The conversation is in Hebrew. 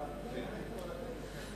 חבר הכנסת ג'מאל זחאלקה,